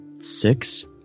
six